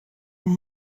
your